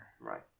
Right